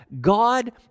God